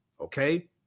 okay